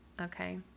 Okay